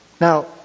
Now